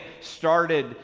started